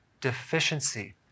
deficiency